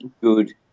good